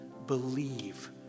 believe